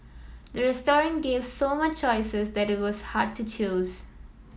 the restaurant gave so much choices that it was hard to choose